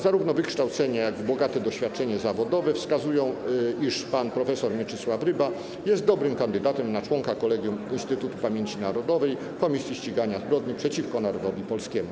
Zarówno wykształcenie, jak i bogate doświadczenie zawodowe wskazują, iż pan prof. Mieczysław Ryba jest dobrym kandydatem na członka Kolegium Instytutu Pamięci Narodowej - Komisji Ścigania Zbrodni przeciwko Narodowi Polskiemu.